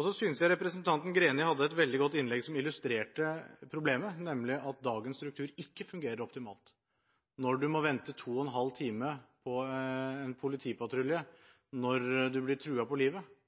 Så synes jeg representanten Greni hadde et veldig godt innlegg, som illustrerte problemet, nemlig at dagens struktur ikke fungerer optimalt. Når en må vente 2 ½ time på en politipatrulje når en blir truet på livet,